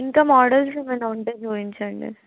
ఇంకా మోడల్స్ ఏమైనా ఉంటే చూపించండి